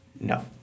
No